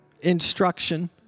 instruction